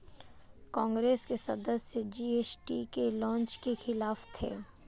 कांग्रेस के सदस्य जी.एस.टी के लॉन्च के खिलाफ थे